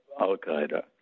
Al-Qaeda